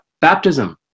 Baptism